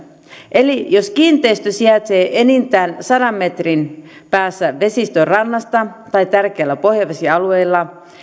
eli jos kiinteistö sijaitsee enintään sadan metrin päässä vesistön rannasta tai tärkeillä pohjavesialueilla